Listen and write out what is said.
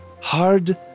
hard